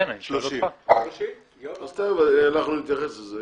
30. אנחנו נתייחס לזה.